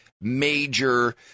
major